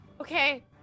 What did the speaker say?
okay